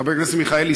חבר הכנסת מיכאלי,